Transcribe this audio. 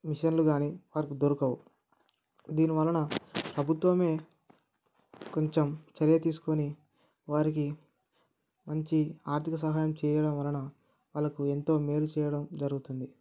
మిషన్లు గానీ వారికి దొరకవు దీనివలన ప్రభుత్వమే కొంచెం చర్య తీసుకొని వారికి మంచి ఆర్థిక సహాయం చేయడం వలన వాళ్లకు ఎంతో మేలు చేయడం జరుగుతుంది